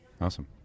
awesome